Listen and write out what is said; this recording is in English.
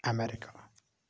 America